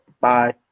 bye